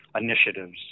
initiatives